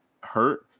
hurt